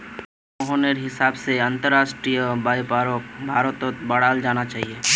मोहनेर हिसाब से अंतरराष्ट्रीय व्यापारक भारत्त बढ़ाल जाना चाहिए